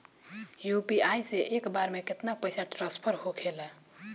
UPI से एक बार मे केतना पैसा ट्रस्फर होखे ला?